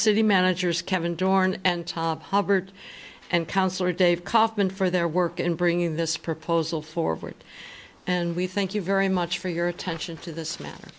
city managers kevin dorn and tom hubbard and councillor dave kauffman for their work in bringing this proposal forward and we thank you very much for your attention to this matter